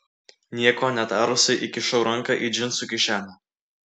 nieko netarusi įkišau ranką į džinsų kišenę